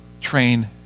train